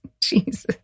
Jesus